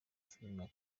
filime